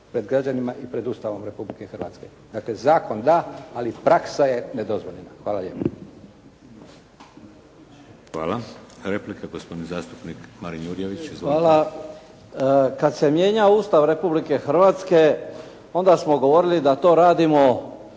pred građanima i pred Ustavom Republike Hrvatske. Dakle zakon da, ali praksa je nedozvoljena. Hvala lijepo. **Šeks, Vladimir (HDZ)** Hvala. Replika, gospodin zastupnik Marin Jurjević. Izvolite. **Jurjević, Marin (SDP)** Hvala. Kad se mijenja Ustav Republike Hrvatske onda smo govorili da to radimo